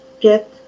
get